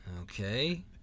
Okay